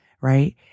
right